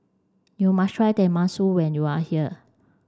you must try Tenmusu when you are here